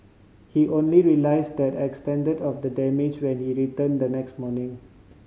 he only realised the extent of the damage when he returned the next morning